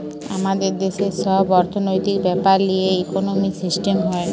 আমাদের দেশের সব অর্থনৈতিক বেপার লিয়ে ইকোনোমিক সিস্টেম হয়